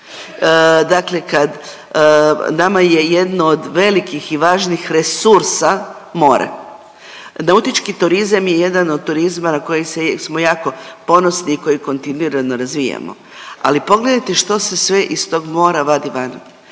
Dakle kad, nama je jedno od velikih i važnih resursa more. Nautički turizam je jedan od turizma na koji smo jako ponosni i koji kontinuirano razvijamo, ali pogledajte što se sve iz tog mora vadi van,